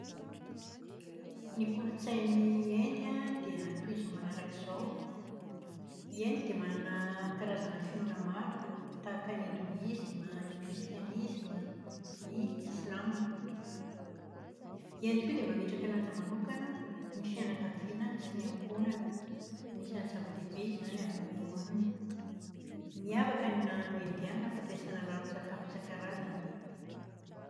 Ny kolotsain'i Inde dia toy izao manaraka izao. Inde dia manana karazana finoana maro tahaka ny "hindouisme", ny kristianisma, ny islam. Inde koa dia mametraka lanja manokana ny fiankaviana sy ny ankohonana. Anisan'izany zava-dehibe izany amin'ny eo aminy. Miavaka ny nahandro indiana amin'ny fampiasàna laron-tsakafo isan-karazany.